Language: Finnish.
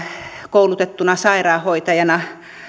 koulutettuna sairaanhoitajana